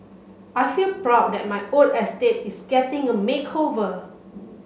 I feel proud that my old estate is getting a makeover